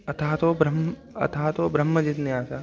अथा तु ब्रह्म अथा तु ब्रह्मजिज्ञासा